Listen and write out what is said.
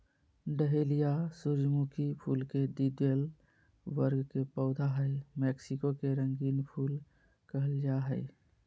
dahlia सूर्यमुखी फुल के द्विदल वर्ग के पौधा हई मैक्सिको के रंगीन फूल कहल जा हई